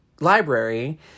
library